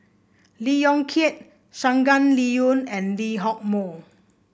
Lee Yong Kiat Shangguan Liuyun and Lee Hock Moh